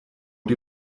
dir